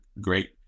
great